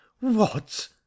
What